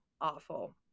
awful